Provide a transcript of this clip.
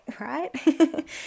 right